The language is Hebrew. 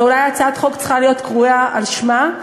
ואולי הצעת החוק צריכה להיות קרויה על שמה.